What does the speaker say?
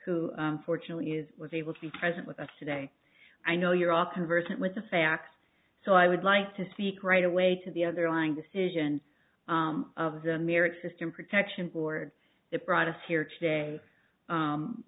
who fortunately is was able to be present with us today i know you're all conversant with the facts so i would like to speak right away to the other line decision of the mere existence protection board that brought us here today